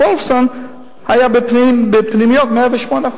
ב"וולפסון" היה בפנימיות 108%,